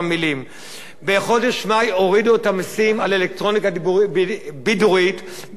בחודש מאי הורידו את המסים על אלקטרוניקה בידורית ב-700 מיליון שקל.